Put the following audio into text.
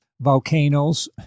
volcanoes